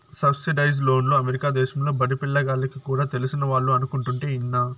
subsidised లోన్లు America దేశంలో బడిపిల్ల గాల్లకి కూడా తెలిసినవాళ్లు అనుకుంటుంటే ఇన్నా